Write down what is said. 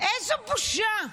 איזו בושה.